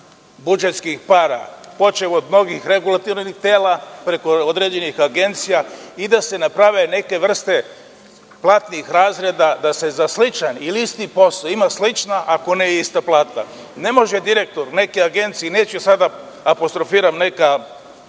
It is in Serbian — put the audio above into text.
budžetskih para, počev od mnogih regulatornih tela, preko određenih agencija i da se naprave neke vrste platnih razreda, da se za sličan ili isti posao ima slična, ako ne i ista plata. Ne može direktor neke agencije, neću sada da apostrofiram neke